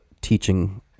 teaching